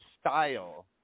style